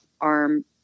arm